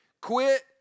quit